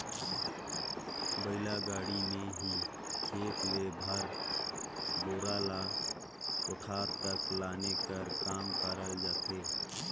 बइला गाड़ी मे ही खेत ले भार, बोझा ल कोठार तक लाने कर काम करल जाथे